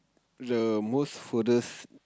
the most furthest